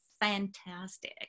fantastic